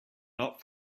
not